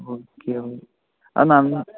okay അത് നന്നാ